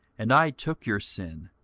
and i took your sin,